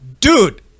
dude